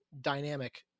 dynamic